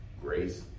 Grace